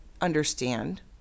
understand